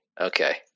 Okay